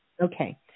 Okay